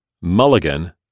Mulligan